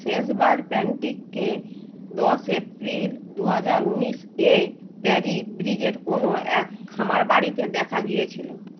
শেষবার প্যান্টিককে দশ এপ্রিল দু হাজার উনিশ প্যারি ব্রিজের কোনও এক খামারবাড়িতে দেখা গিয়েছিল